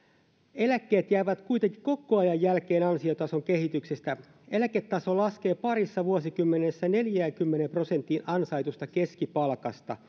eläkkeet jäävät kuitenkin koko ajan jälkeen ansiotason kehityksestä eläketaso laskee parissa vuosikymmenessä neljäänkymmeneen prosenttiin ansaitusta keskipalkasta